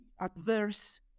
adverse